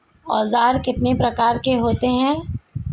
औज़ार कितने प्रकार के होते हैं?